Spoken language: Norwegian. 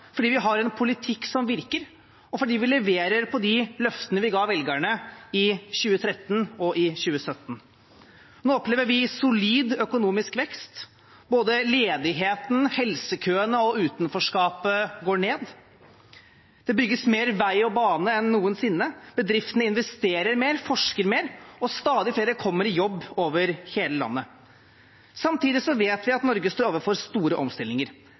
fordi vi har en politikk som virker, og fordi vi leverer når det gjelder de løftene vi ga velgerne i 2013 og i 2017. Nå opplever vi solid økonomisk vekst. Både ledigheten, helsekøene og utenforskapet går ned. Det bygges mer vei og bane enn noensinne. Bedriftene investerer mer, forsker mer, og stadig flere over hele landet kommer i jobb. Samtidig vet vi at Norge står overfor store omstillinger.